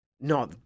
no